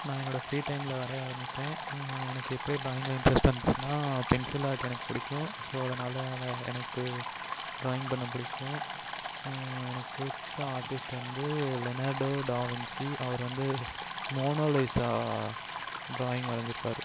நான் என்னோடய ஃப்ரீ டைமில் வரைய ஆரம்மிப்பேன் எனக்கு எப்படி ட்ராயிங்கில் இன்ட்ரெஸ்ட் வந்துச்சின்னால் பென்சில் ஆர்ட் எனக்கு பிடிக்கும் ஸோ அதனால் என எனக்கு ட்ராயிங் பண்ண பிடிக்கும் எனக்கு பிடிச்ச ஆர்ட்டிஸ்ட் வந்து லெனடோ டாவின்ஸி அவர் வந்து மோனோலிஸா ட்ராயிங் வரைஞ்சிருப்பாரு